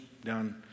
Down